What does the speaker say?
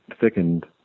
thickened